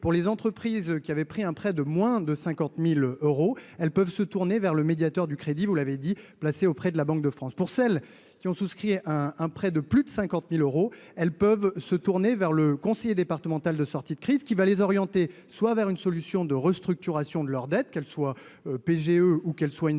pour les entreprises qui avaient pris un prêt de moins de 50000 euros, elles peuvent se tourner vers le médiateur du crédit, vous l'avez dit, placé auprès de la Banque de France pour celles qui ont souscrit un prêt de plus de 50000 euros, elles peuvent se tourner vers le conseiller départemental de sortie de crise qui va les orienter soit vers une solution de restructuration de leur dette, qu'elle soit PGE ou qu'elle soit une